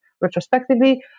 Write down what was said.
retrospectively